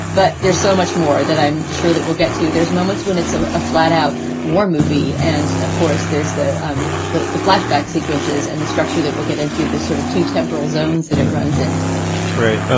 but there's so much more that i'm sure that we'll get to. there's moments when it's a flat out war movie. and, of course, there's the um the the flashback sequences and the structure that will get into these sort of two temporal zones that it runs in all right, ah